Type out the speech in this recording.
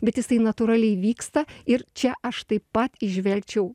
bet jisai natūraliai vyksta ir čia aš taip pat įžvelgčiau